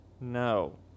no